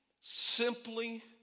simply